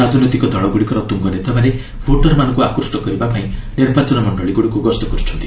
ରାଜନୈତିକ ଦଳଗୁଡ଼ିକର ତୁଙ୍ଗ ନେତାମାନେ ଭୋଟର୍ମାନଙ୍କୁ ଆକୃଷ୍ଟ କରିବାପାଇଁ ନିର୍ବାଚନ ମଣ୍ଡଳିଗୁଡ଼ିକୁ ଗସ୍ତ କରୁଛନ୍ତି